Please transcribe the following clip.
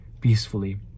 peacefully